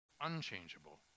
unchangeable